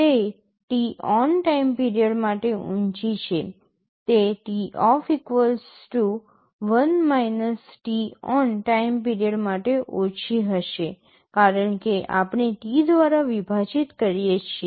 તે t on time period માટે ઉચી છે તે t off 1 t on time period માટે ઓછી હશે કારણ કે આપણે T દ્વારા વિભાજીત કરીએ છીએ